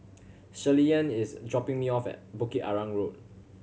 Shirleyann is dropping me off at Bukit Arang Road